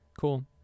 cool